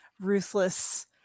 ruthless